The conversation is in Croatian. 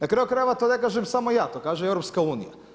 Na kraju krajeva to ne kažem samo ja, to kaže i EU.